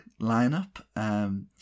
lineup